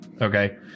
Okay